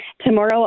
Tomorrow